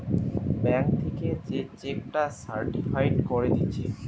bank থিকে যে cheque টা সার্টিফায়েড কোরে দিচ্ছে